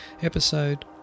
Episode